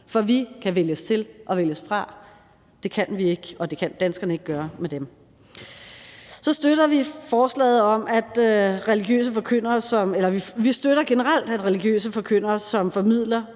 For vi kan vælges til og vælges fra, det kan danskerne ikke gøre med dem. Så støtter vi generelt, at religiøse forkyndere, der formidler